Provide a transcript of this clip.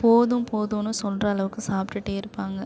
போதும் போதுன்னு சொல்கிற அளவுக்கு சாப்பிட்டுட்டே இருப்பாங்க